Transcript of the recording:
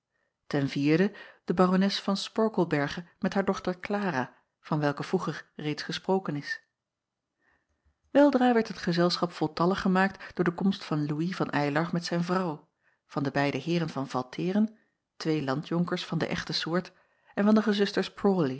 van porkelberghe met haar dochter lara van welke vroeger reeds gesproken is eldra werd het gezelschap voltallig gemaakt door de komst van ouis van ylar met zijn vrouw van de beide eeren van alteren twee landjonkers van de echte soort en van de gezusters